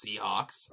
Seahawks